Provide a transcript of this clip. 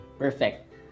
Perfect